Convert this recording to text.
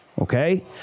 okay